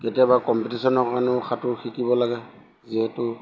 কেতিয়াবা কম্পিটিশ্যনৰ কাৰণেও সাঁতোৰ শিকিব লাগে যিহেতু